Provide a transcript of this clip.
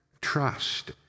trust